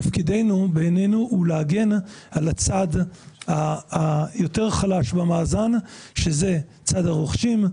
תפקידנו להגן על הצד היותר חלש במאזן שזה צד הרוכשים.